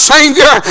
Savior